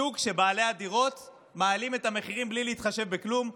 שוק שבו בעלי הדירות מעלים את המחירים בלי להתחשב בכלום.